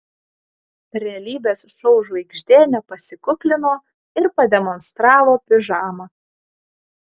realybės šou žvaigždė nepasikuklino ir pademonstravo pižamą